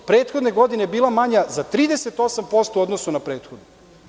Prethodne godine je bila manja za 38% u odnosu na prethodnu.